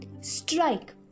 strike